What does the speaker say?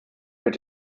wird